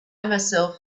myself